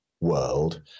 world